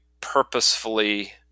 purposefully